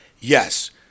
yes